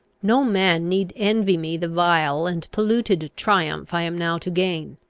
no man need envy me the vile and polluted triumph i am now to gain!